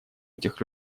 этих